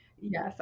Yes